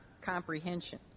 comprehension